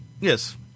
Yes